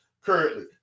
currently